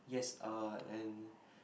yes uh and